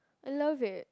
I love it